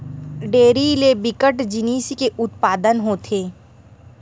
dairy ले बिकट जिनिस के उत्पादन होथे